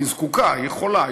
היא חולה,